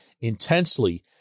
intensely